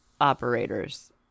operators